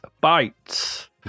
Bites